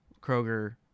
Kroger